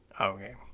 Okay